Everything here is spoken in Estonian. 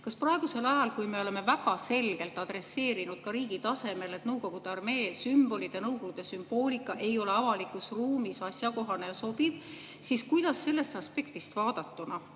Praegusel ajal me oleme väga selgelt adresseerinud ka riigi tasemel, et Nõukogude armee sümbolid ja Nõukogude sümboolika ei ole avalikus ruumis asjakohased ja sobivad. Kuidas sellest aspektist, et